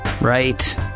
Right